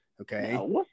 Okay